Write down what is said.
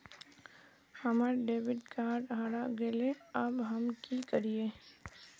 हमर debit card हरा गेले अब हम की करिये?